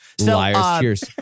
Liars